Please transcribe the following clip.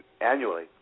annually